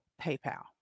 PayPal